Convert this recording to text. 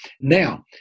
Now